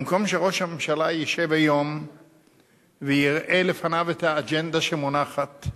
במקום שראש הממשלה ישב היום ויראה לפניו את האג'נדה שמונחת,